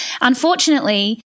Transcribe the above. Unfortunately